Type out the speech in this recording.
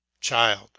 Child